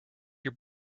your